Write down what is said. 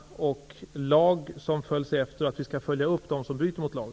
Lagar skall efterföljas, och brott mot dem skall beivras.